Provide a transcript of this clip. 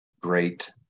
great